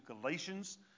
Galatians